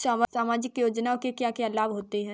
सामाजिक योजना से क्या क्या लाभ होते हैं?